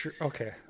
Okay